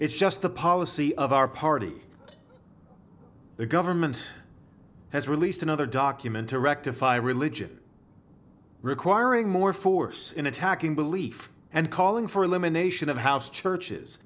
it's just the policy of our party the government has released another document to rectify religion requiring more force in attacking belief and calling for elimination of house